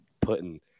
putting